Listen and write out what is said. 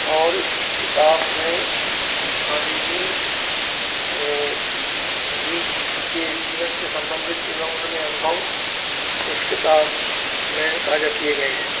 और इस किताब में गाँधी जी जी के जीवन से संबंधित एवं उनके अनुभव इस किताब में साझा किए गए हैं